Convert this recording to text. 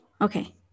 okay